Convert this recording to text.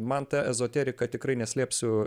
man tą ezoterika tikrai neslėpsiu